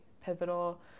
pivotal